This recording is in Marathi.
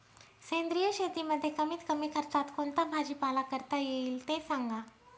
सेंद्रिय शेतीमध्ये कमीत कमी खर्चात कोणता भाजीपाला करता येईल ते सांगा